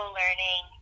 learning